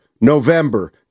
November